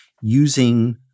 using